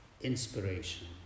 Inspiration